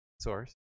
source